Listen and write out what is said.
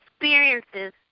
experiences